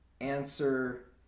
answer